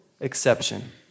exception